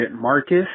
marcus